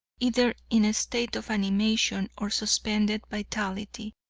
either in a state of animation or suspended vitality,